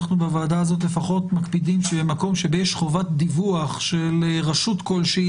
בוועדה הזו אנחנו מקפידים שבמקום שבו יש חובת דיווח של רשות כלשהי